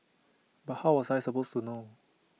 but how was I supposed to know